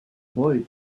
boy